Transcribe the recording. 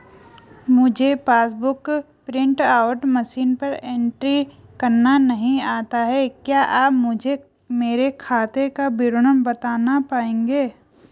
मुझे passbook book print out machine पर entry करना नहीं आता है क्या आप मुझे मेरे खाते का विवरण बताना पाएंगे?